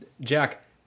jack